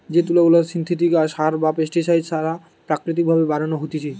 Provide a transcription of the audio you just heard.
যে তুলা গুলা সিনথেটিক সার বা পেস্টিসাইড ছাড়া প্রাকৃতিক ভাবে বানানো হতিছে